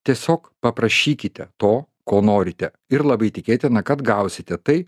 tiesiog paprašykite to ko norite ir labai tikėtina kad gausite tai